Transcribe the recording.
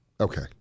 Okay